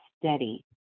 steady